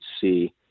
see